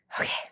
Okay